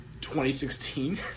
2016